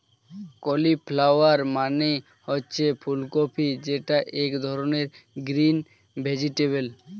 cauliflower মানে হচ্ছে ফুলকপি যেটা এক ধরনের গ্রিন ভেজিটেবল